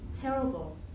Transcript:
terrible